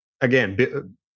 again